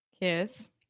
kiss